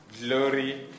glory